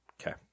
Okay